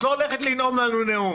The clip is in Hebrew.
את לא הולכת לנאום לנו נאום.